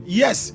yes